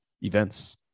events